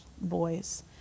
boys